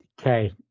okay